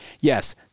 Yes